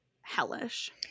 hellish